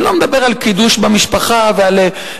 אני לא מדבר על קידוש במשפחה וכשהולכים